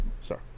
sir